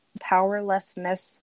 powerlessness